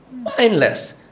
Mindless